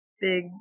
big